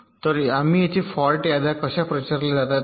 तर आम्ही येथे फॉल्ट याद्या कशा प्रचारल्या जातात हे पहा